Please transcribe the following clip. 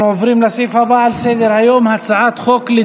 17 חברי